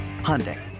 Hyundai